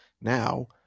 now